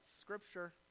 Scripture